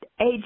age